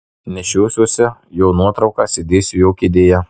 nešiosiuosi jo nuotrauką sėdėsiu jo kėdėje